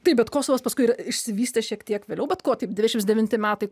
taip bet kosovas paskui išsivystė šiek tiek vėliau bet ko taip dvidešimt devinti metai